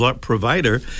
provider